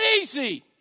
easy